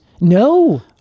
No